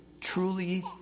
truly